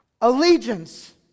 Allegiance